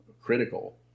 critical